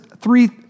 three